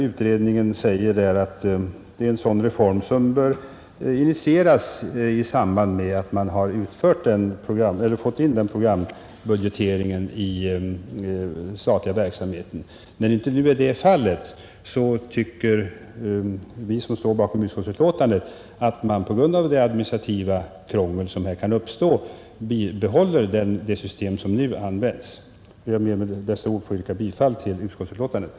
Utredningen säger att en sådan reform bör initieras i samband med att man genomfört programbudgeteringen i den statliga verksamheten. När detta ännu inte ägt rum tycker vi som står bakom utskottsbetänkandet att man, på grund av det administrativa krångel som annars kan komma att uppstå, skall bibehålla det system som nu används. Jag ber med dessa ord att få yrka bifall till utskottets hemställan.